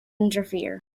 interfere